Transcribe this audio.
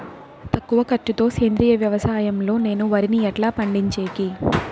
తక్కువ ఖర్చు తో సేంద్రియ వ్యవసాయం లో నేను వరిని ఎట్లా పండించేకి?